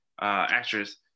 actress